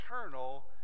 eternal